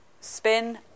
spin